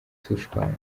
dushwana